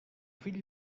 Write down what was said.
fill